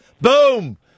Boom